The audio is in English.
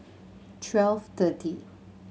twelve thirty